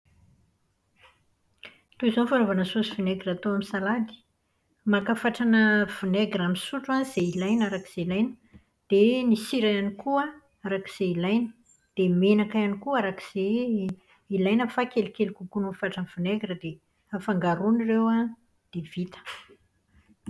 Toy izao ny fanaovana saosy vinaigira atao amin'ny salady. Maka fatrana vinaingira amin'ny sotro an, izay ilaina araka izay ilaina. Dia ny sira ihany koa araka izay ilaina. Dia ny menaka ihany koa araka izay ilaina fa kelikely kokoa noho ny fatran'ny vinaigira dia afangaroana ireo an, dia vita.